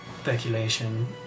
speculation